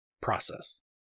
process